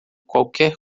qualquer